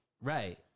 right